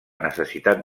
necessitat